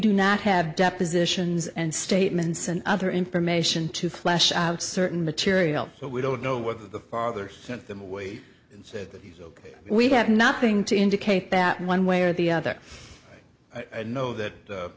do not have depositions and statements and other information to flesh out certain material but we don't know whether the father sent them away so that we have nothing to indicate that one way or the other i know that